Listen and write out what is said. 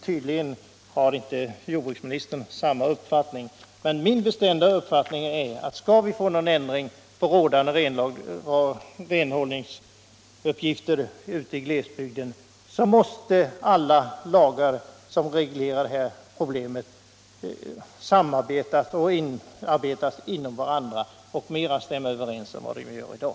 Tydligen har inte jordbruksministern samma uppfattning, men min bestämda uppfattning är att om vi skall få någon ändring när det gäller renhållningen i glesbygderna, måste alla lagar som berör detta problem samordnas, så att de bättre överensstämmer med varandra än vad de gör i dag.